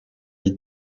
vie